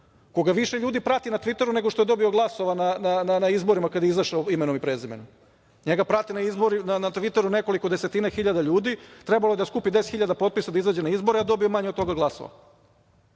koga više ljudi prati na Tviteru nego što je dobio glasova na izborima kada je izašao imenom i prezimenom, njega na Tviteru prati nekoliko desetina hiljada ljudi, trebalo je da skupi 10 hiljada potpisa da izađe na izbore a dobio je manje od toga glasova.